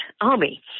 army